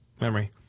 memory